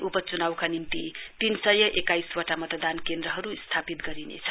उपच्नाउका निम्ति तीन सय एक्काइसवटा मतदान केन्द्रहरू स्थापित गरिनेछ